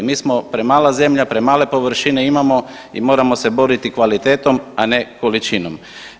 Mi smo premala zemlja, premale površine imamo i moramo se boriti kvalitetom, a ne količinom.